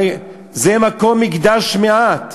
הרי זה מקום מקדש-מעט.